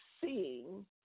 seeing